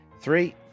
Three